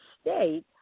state